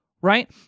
right